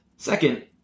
Second